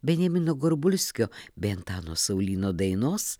benjamino gorbulskio bei antano saulyno dainos